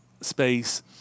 space